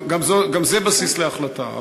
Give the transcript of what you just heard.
גם זה בסיס להחלטה,